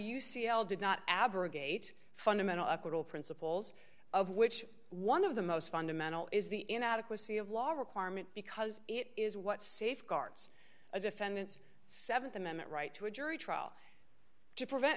l did not abrogate fundamental acquittal principles of which one of the most fundamental is the inadequacy of law requirement because it is what safeguards a defendant's th amendment right to a jury trial to prevent